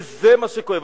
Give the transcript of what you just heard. וזה מה שכואב.